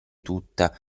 tutta